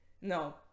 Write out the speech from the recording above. no